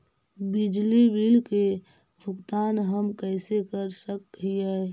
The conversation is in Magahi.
बिजली बिल के भुगतान हम कैसे कर सक हिय?